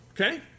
okay